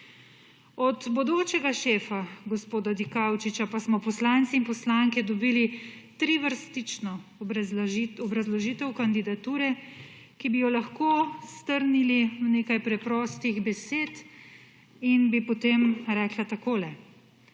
Od bodočega šefa gospoda Dikaučiča pa smo poslanci in poslanke dobili trivrstično obrazložitev kandidature, ki bi jo lahko strnili v nekaj preprostih besed in bi potem rekla takole: